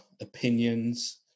opinions